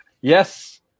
Yes